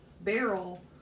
barrel